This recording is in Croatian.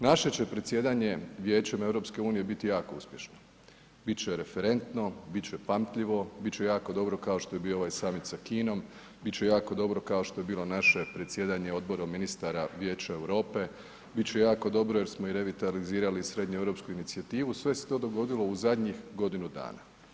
Naše će predsjedanje Vijećem EU biti jako uspješno, biti će referentno, biti će pamtljivo, biti će jako dobro kao što je bio i ovaj summit sa Kinom, biti će jako dobro kao što je bilo naše predsjedanje Odborom ministara Vijeća Europe, biti će i jako dobro jer smo i revitalizirali srednje europsku inicijativu, sve se to dogodilo u zadnjih godinu dana.